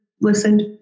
listened